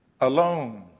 Alone